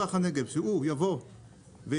מזרח הנגב שהוא יבוא ויתקדם,